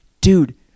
Dude